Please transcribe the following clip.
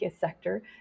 sector